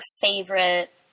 favorite